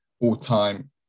all-time